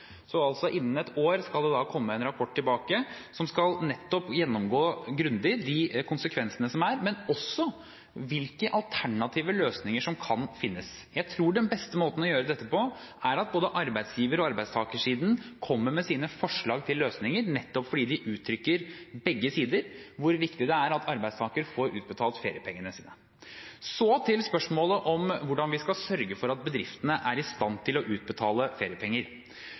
Innen ett år skal det komme en rapport tilbake som nettopp skal gjennomgå konsekvensene grundig, men også hvilke alternative løsninger som kan finnes. Jeg tror den beste måten å gjøre dette på er at både arbeidsgiver- og arbeidstakersiden kommer med sine forslag til løsninger, nettopp fordi begge sider uttrykker hvor viktig det er at arbeidstakerne får ubetalt feriepengene sine. Så til spørsmålet om hvordan vi skal sørge for at bedriftene er i stand til å utbetale feriepenger.